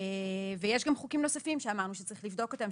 יש גם חוקים נוספים שאמרנו שצריך לבדוק אותם,